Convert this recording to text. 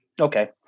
Okay